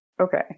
Okay